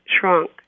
shrunk